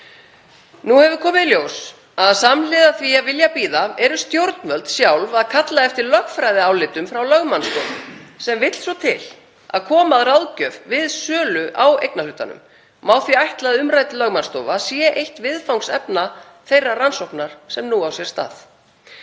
Nú hefur komið í ljós að samhliða því að vilja bíða eru stjórnvöld sjálf að kalla eftir lögfræðiálitum frá lögmannsstofu sem vill svo til að kom að ráðgjöf við sölu á eignarhlutunum. Má því ætla að umrædd lögmannsstofa sé eitt viðfangsefna þeirrar rannsóknar sem nú á sér stað.